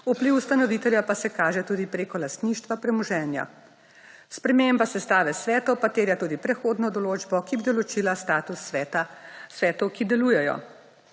vpliv ustanovitelja pa se kaže tudi preko lastništva premoženja. Sprememba sestave svetov pa terja tudi prehodno določbo, ki bi določila status sveta, svetu, ki delujejo.